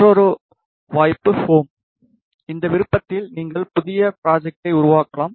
மற்றொரு வாய்ப்பு ஹோம் இந்த விருப்பத்தில் நீங்கள் புதிய ஃப்ராஜேடை உருவாக்கலாம்